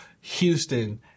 Houston